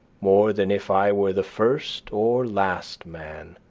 more than if i were the first or last man